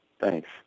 Thanks